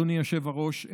אדוני היושב-ראש,